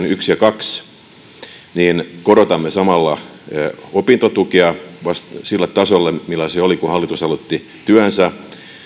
yksi ja kaksi niin korotamme samalla opintotukea sille tasolle millä se oli kun hallitus aloitti työnsä